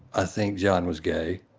ah think john was gay,